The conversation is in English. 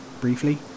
briefly